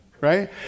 right